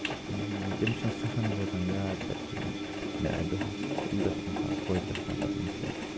یہِ چھِ اَتھ منٛز یِوان تٔمِس چھِنہٕ سۄ ہن روزان یاد کِہیٖنۍ مےٚ آیہِ دۄہَس یوٗتاہ چھُ اِنسان خۄش گژھان پَتہٕ اَمہِ سۭتۍ